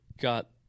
got